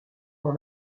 dans